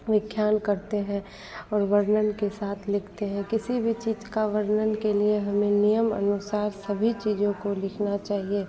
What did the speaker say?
व्याख्यान करते हैं और वर्णन के साथ लिखते हैं किसी भी चीज़ के वर्णन के लिए हमें नियमानुसार सभी चीज़ों को लिखना चाहिए